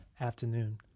afternoon